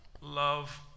love